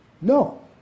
no